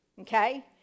okay